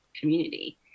community